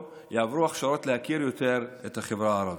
יעברו הכשרות להכיר יותר את החברה הערבית.